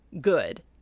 good